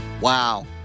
Wow